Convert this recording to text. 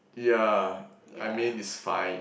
ya I mean it's fine